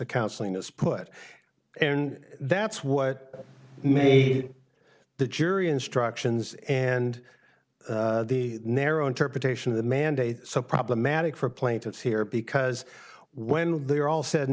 counseling is put and that's what many of the jury instructions and the narrow interpretation of the mandate so problematic for plaintiffs here because when they're all said and